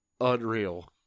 unreal